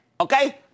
Okay